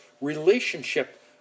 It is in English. relationship